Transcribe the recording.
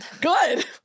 good